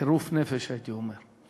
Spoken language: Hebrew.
בחירוף נפש הייתי אומר.